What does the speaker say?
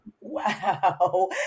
Wow